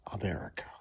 America